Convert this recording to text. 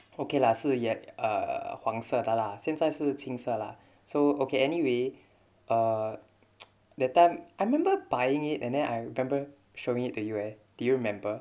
okay lah 是 yell~ uh 黄色的 lah 现在是青色 lah so okay anyway uh that time I remember buying it and then I remember showing it to you eh do you remember